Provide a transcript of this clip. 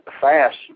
fast